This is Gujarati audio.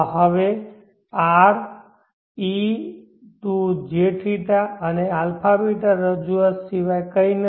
હવે Rr e to jθ એ α β રજૂઆત સિવાય કંઈ નથી